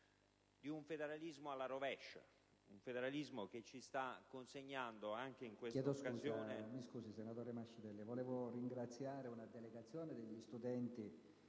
di un federalismo alla rovescia, un federalismo che ci sta consegnando, anche in questa occasione,